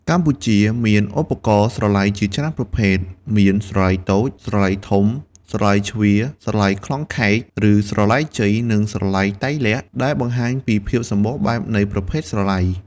កម្ពុជា មានឧបករណ៍ស្រឡៃជាច្រើនប្រភេទ មានស្រឡៃតូច ស្រឡៃធំ ស្រឡៃជ្វា ស្រឡៃក្លងខែក ឬ ស្រឡៃជ័យ និងស្រឡៃត្រៃលក្ខណ៍ ដែលបង្ហាញពីភាពសម្បូរបែបនៃប្រភេទស្រឡៃ។